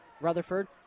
rutherford